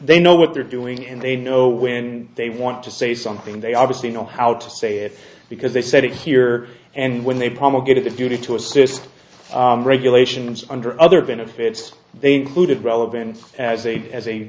they know what they're doing and they know when they want to say something they obviously know how to say it because they said it here and when they promulgated to duty to assist regulations under other benefits they included relevant as a as a